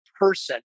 person